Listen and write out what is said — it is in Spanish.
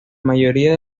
mayoría